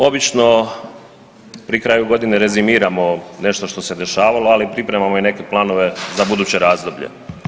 Obično pri kraju godine rezimiramo nešto što se dešavalo, ali pripremamo i neke planove za buduće razdoblje.